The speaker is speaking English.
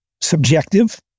subjective